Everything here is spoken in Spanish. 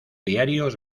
diarios